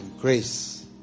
grace